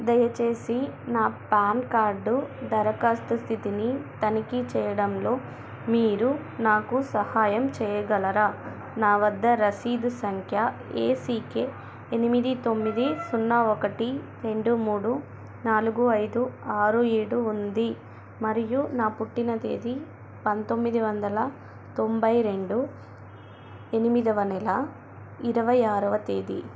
దయచేసి నా PAN card దరఖాస్తు స్థితిని తనిఖీ చేయడంలో మీరు నాకు సహాయం చేయగలరా నా వద్ద రసీదు సంఖ్య ఏ సీ కే ఎనిమిది తొమ్మిది సున్నా ఒకటి రెండు మూడు నాలుగు ఐదు ఆరు ఏడు ఉంది మరియు నా పుట్టిన తేదీ పంతొమ్మిది వందల తొంభై రెండు ఎనిమిదవ నెల ఇరవై ఆరవ తేదీ